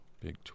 Big